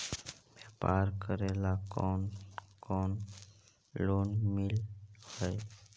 व्यापार करेला कौन कौन लोन मिल हइ?